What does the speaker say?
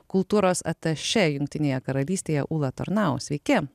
kultūros atašė jungtinėje karalystėje ūla tornau sveiki